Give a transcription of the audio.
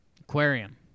aquarium